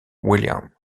william